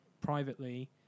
privately